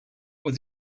was